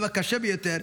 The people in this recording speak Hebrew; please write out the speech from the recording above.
גם הקשה ביותר,